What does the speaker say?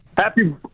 Happy